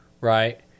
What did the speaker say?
right